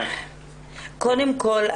קודם כל,